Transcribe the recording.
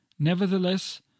nevertheless